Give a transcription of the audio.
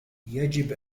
يجب